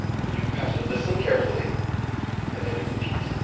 you have to listen carefully and then you repeat.